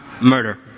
murder